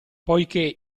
poichè